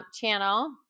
channel